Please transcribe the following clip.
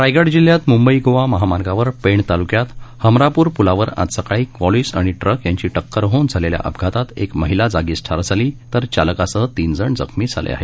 रायगड जिल्हय़ात मुंबई गोवा महामार्गावर पेण तालुक्यात हमरापूर पूलावर आज सकाळी क्वॉलिस आणि ट्रक यांची टक्कर होऊन झालेल्य अपघातात एक महिला जागीच ठार झाली तर चालकासह तीन जण जखमी झाले आहेत